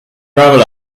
gravel